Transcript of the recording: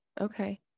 Okay